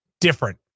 different